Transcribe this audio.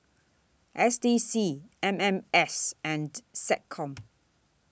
S D C M M S and Seccom